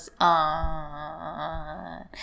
on